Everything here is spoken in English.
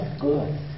good